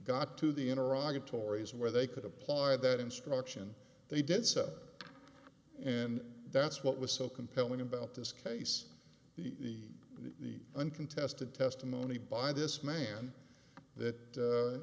tories where they could apply that instruction they did so and that's what was so compelling about this case the the uncontested testimony by this man that